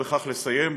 ובכך לסיים,